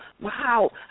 Wow